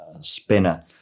spinner